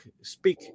speak